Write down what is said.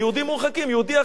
יהודי אחר, הרב יוסף אלבוים,